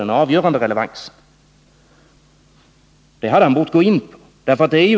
Det borde han ha gått in på.